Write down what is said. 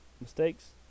mistakes